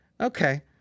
Okay